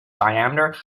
diameter